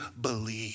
believe